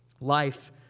life